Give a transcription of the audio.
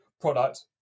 product